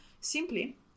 simply